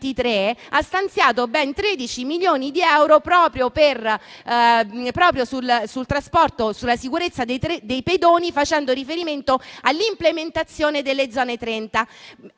ha stanziato ben 13 milioni di euro proprio sulla sicurezza dei pedoni, facendo riferimento all'implementazione delle Zone 30,